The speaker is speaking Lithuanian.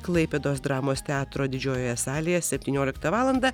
klaipėdos dramos teatro didžiojoje salėje septynioliktą valandą